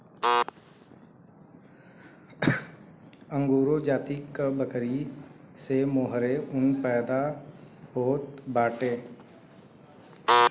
angora जाति क बकरी से मोहेर ऊन पैदा होत बाटे